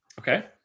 Okay